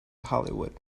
hollywood